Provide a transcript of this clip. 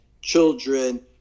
children